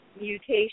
mutation